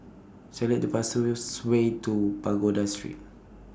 Select The fastest Way to Pagoda Street